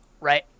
right